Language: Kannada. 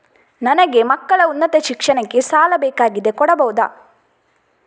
ನನಗೆ ಮಕ್ಕಳ ಉನ್ನತ ಶಿಕ್ಷಣಕ್ಕೆ ಸಾಲ ಬೇಕಾಗಿದೆ ಕೊಡಬಹುದ?